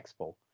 expo